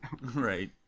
Right